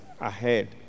ahead